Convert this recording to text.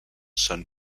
són